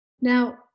Now